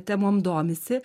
temom domisi